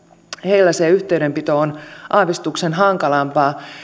heillä se yhteydenpito on aavistuksen hankalampaa